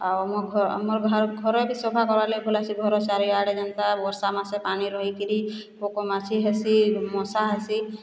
ଆଉ ମୋ ଘର ଆମର୍ ଘର ବି ସଫା କର୍ବାର୍ ଲାଗି ପଡ଼୍ଲା ସେ ଘର ଚାରିଆଡ଼େ ଯେନ୍ତା ବର୍ଷା ମାସେ ପାଣି ରହିକିରି ପୋକ ମାଛି ହେସି ମଶା ହେସି